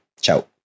Ciao